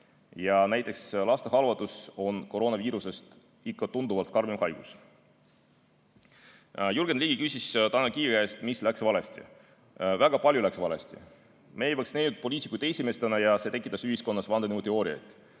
Ja näiteks lastehalvatus on koroonaviirusest ikka tunduvalt karmim haigus. Jürgen Ligi küsis Tanel Kiige käest, mis läks valesti. Väga palju läks valesti. Me ei vaktsineerinud poliitikuid esimestena ja see tekitas ühiskonnas vandenõuteooriaid.